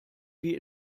wie